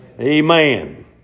Amen